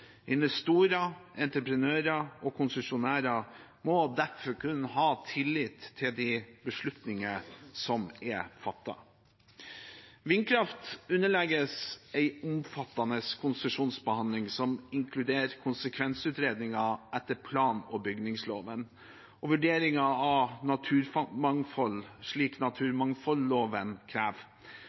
Investorer, entreprenører og konsesjonærer må derfor kunne ha tillit til de beslutninger som er fattet. Vindkraft underlegges en omfattende konsesjonsbehandling som inkluderer konsekvensutredninger etter plan- og bygningsloven, og vurdering av naturmangfold, slik naturmangfoldloven krever.